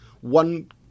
one